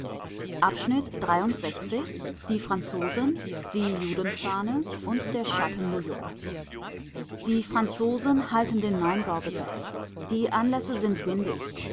volks-zeitung die franzosen die judenfahne und der schatten loyolas die franzosen halten den maingau besetzt die anlässe sind windig